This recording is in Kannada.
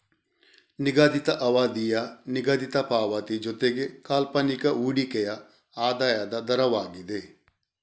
ನಿಗದಿತ ಅವಧಿಯ ನಿಗದಿತ ಪಾವತಿ ಜೊತೆಗೆ ಕಾಲ್ಪನಿಕ ಹೂಡಿಕೆಯ ಆದಾಯದ ದರವಾಗಿದೆ